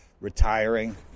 retiring